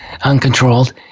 uncontrolled